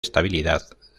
estabilidad